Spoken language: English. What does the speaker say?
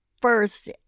first